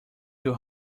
your